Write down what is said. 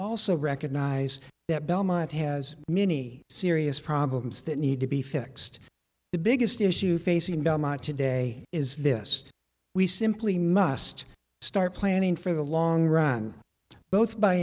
also recognize that belmont has many serious problems that need to be fixed the biggest issue facing belmont today is this we simply must start planning for the long run both by